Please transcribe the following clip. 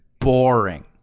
boring